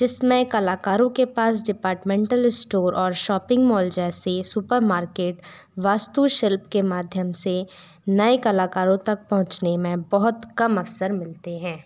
जिसमें कलाकारों के पास डिपार्टमेंटल स्टोर और शॉपिंग मॉल जैसे सुपरमार्केट वास्तु शिल्प के माध्यम से नए कलाकारों तक पहुँचने में बहुत कम अवसर मिलते हैं